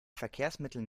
verkehrsmitteln